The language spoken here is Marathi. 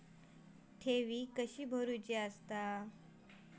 ठेवी कशी भरूची?